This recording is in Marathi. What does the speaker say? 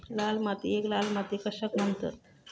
लाल मातीयेक लाल माती कशाक म्हणतत?